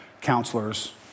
counselors